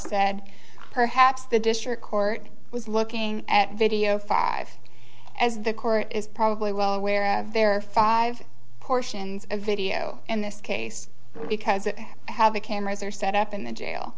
said perhaps the district court was looking at video five as the court is probably well aware of there five portions of video in this case because they have the cameras are set up in the jail